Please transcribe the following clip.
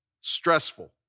stressful